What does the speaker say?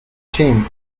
team